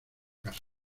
casa